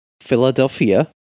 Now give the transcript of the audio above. Philadelphia